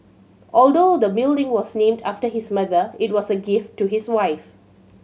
although the building was named after his mother it was a gift to his wife